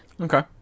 Okay